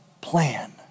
plan